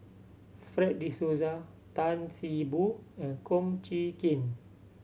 Fred De Souza Tan See Boo and Kum Chee Kin